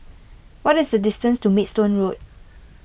what is the distance to Maidstone Road